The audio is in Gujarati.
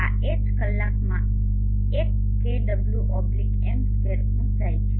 આ H કલાકમાં 1 kWm2 ઊંચાઇ છે